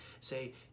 Say